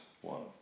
one